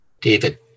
David